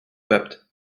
bapt